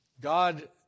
God